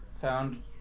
found